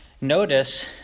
notice